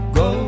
go